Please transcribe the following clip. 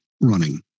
running